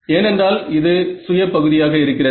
ஏனென்றால் இது சுய பகுதியாக இருக்கிறது